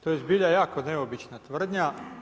To je zbilja jako neobična tvrdnja.